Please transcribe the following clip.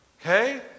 Okay